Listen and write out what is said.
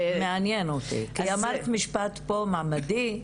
אמרת מקצוע מעמדי.